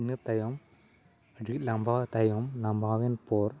ᱤᱱᱟᱹ ᱛᱟᱭᱚᱢ ᱟᱹᱰᱤ ᱞᱟᱵᱟᱣ ᱛᱟᱭᱚᱢ ᱞᱟᱵᱟᱣᱭᱮᱱ ᱯᱚᱨ